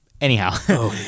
anyhow